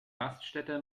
raststätte